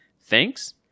Thanks